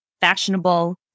fashionable